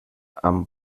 amb